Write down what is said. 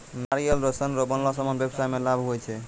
नारियल रो सन रो बनलो समान व्याबसाय मे लाभ हुवै छै